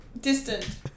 distant